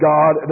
God